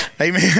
Amen